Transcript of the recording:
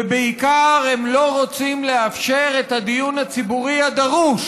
ובעיקר הם לא רוצים לאפשר את הדיון הציבורי הדרוש